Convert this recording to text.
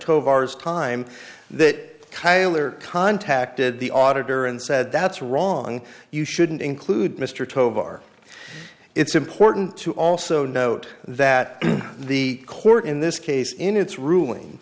is time that kyler contacted the auditor and said that's wrong you shouldn't include mr tovar it's important to also note that the court in this case in its ruling